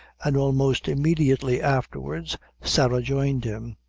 and almost immediately afterwards sarah joined him.